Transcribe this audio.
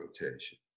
rotation